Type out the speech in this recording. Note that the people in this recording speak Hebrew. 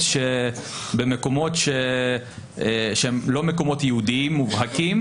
במקומות שהם לא מקומות יהודיים מובהקים,